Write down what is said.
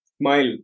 Smile